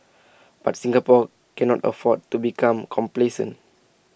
but Singapore cannot afford to become complacent